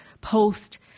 post